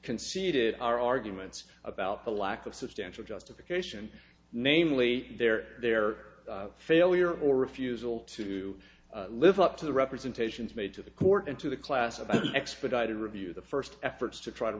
conceded our arguments about the lack of substantial justification namely their their failure or refusal to live up to the representations made to the court and to the class expedited review the first efforts to try to